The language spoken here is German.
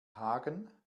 hagen